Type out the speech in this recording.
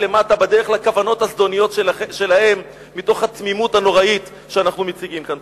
למטה בדרך הכוונות הזדוניות שלהם מתוך התמימות הנוראית שאנחנו מציגים כאן.